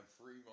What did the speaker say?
free